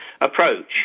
approach